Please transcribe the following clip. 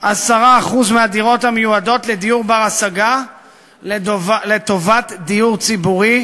10% מהדירות המיועדות לדיור בר-השגה לטובת דיור ציבורי